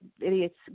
idiots